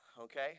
okay